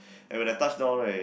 and when I touch down right